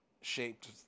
shaped